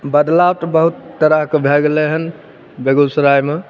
बदलाव तऽ बहुत तरहके भए गेलै हन बेगुसरायमे